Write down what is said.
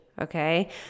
okay